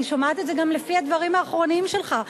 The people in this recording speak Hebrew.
אני שומעת את זה גם לפי הדברים האחרונים שלך,